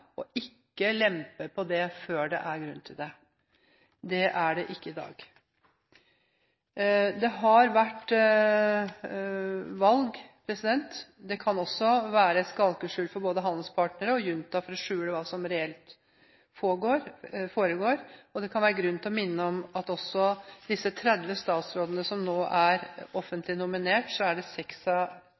ikke lempe på det før det er grunn til det. Det er det ikke i dag. Det har vært valg. Det kan også være et skalkeskjul for både handelspartnere og junta for å skjule hva som reelt foregår. Det kan også være grunn til å minne om at av disse 30 statsrådene som nå er offentlig nominert, så er